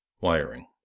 Wiring